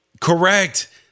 Correct